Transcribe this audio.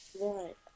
Right